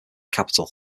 capital